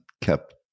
kept